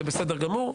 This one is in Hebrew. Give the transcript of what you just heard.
זה בסדר גמור.